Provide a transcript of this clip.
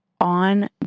on